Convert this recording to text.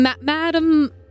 madam